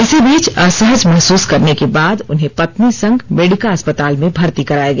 इसी बीच असहज महसूस करने के बाद उन्हें पत्नी संग मेडिका अस्पताल में भर्ती कराया गया